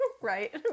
Right